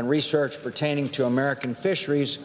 and research pertaining to american fisheries